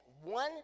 one